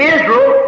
Israel